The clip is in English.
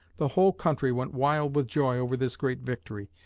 the whole country went wild with joy over this great victory,